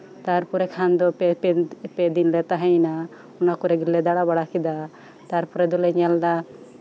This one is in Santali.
ᱛᱟᱨᱯᱚᱨᱮ ᱠᱷᱟᱱᱫᱚ ᱯᱮ ᱫᱤᱱ ᱞᱮ ᱛᱟᱸᱦᱮᱭᱮᱱᱟ ᱚᱱᱟ ᱠᱚᱨᱮ ᱫᱚᱞᱮ ᱟᱬᱟᱵᱟᱬᱟ ᱠᱮᱫᱟ ᱛᱟᱨᱯᱚᱨᱮ ᱫᱚᱞᱮ ᱧᱮᱞᱫᱟ